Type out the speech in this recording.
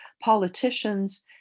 politicians